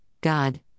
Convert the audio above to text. God